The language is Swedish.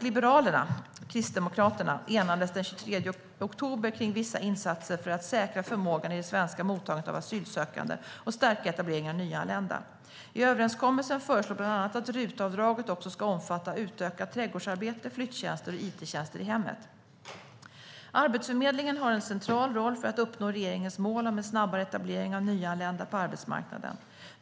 Liberalerna och Kristdemokraterna enades den 23 oktober om vissa insatser för att säkra förmågan i det svenska mottagandet av asylsökande och stärka etableringen av nyanlända. I överenskommelsen föreslås bland annat att RUT-avdraget ska omfatta också utökat trädgårdsarbete, flyttjänster och it-tjänster i hemmet. Arbetsförmedlingen har en central roll för att uppnå regeringens mål om en snabbare etablering av nyanlända på arbetsmarknaden.